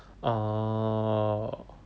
orh